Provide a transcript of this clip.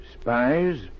Spies